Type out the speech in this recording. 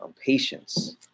patience